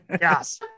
Yes